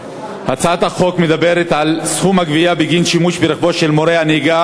הצעת החוק מדברת על כך שסכום הגבייה בגין שימוש ברכבו של מורה הנהיגה